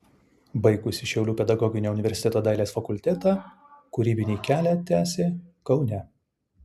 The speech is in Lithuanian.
baigusi šiaulių pedagoginio universiteto dailės fakultetą kūrybinį kelią tęsė kaune